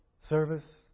service